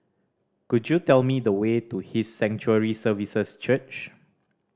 could you tell me the way to His Sanctuary Services Church